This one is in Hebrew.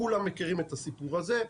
כולם מכירים את הסיפור הזה.